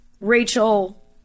Rachel